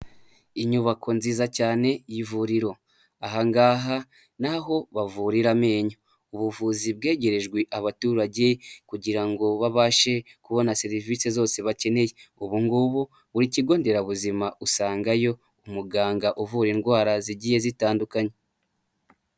Inyubako nziza cyane y'ivuriro ahangaha ni aho bavurira amenyo, ubuvuzi bwegerejwe abaturage kugira ngo babashe kubona serivisi zose bakeneye, ubu ngubu buri kigo nderabuzima usangayo umuganga uvura indwara zigiye zitandukanye.